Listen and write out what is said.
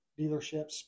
dealerships